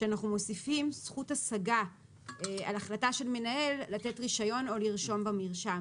שאנחנו מוסיפים זכות השגה על החלטה של מנהל לתת רישיון או לרשום במרשם.